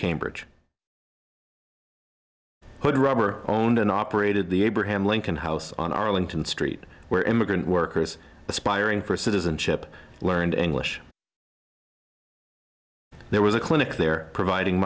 cambridge could rubber owned and operated the abraham lincoln house on arlington street where immigrant workers aspiring for citizenship learned english there was a clinic there providing